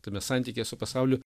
tame santykyje su pasauliu